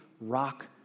Rock